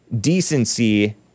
decency